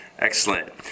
Excellent